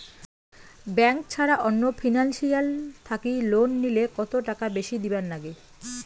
Bank ছাড়া অন্য financial থাকি লোন নিলে কতটাকা বেশি দিবার নাগে?